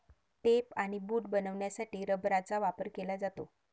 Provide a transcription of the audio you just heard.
tape आणि boot बनवण्यासाठी रबराचा वापर केला जातो